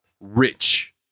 rich